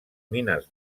mines